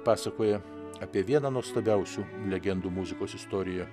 pasakoja apie vieną nuostabiausių legendų muzikos istoriją